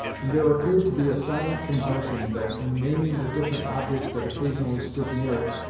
and there appeared to be a silent convention that in naming the different objects that occasionally stood near it,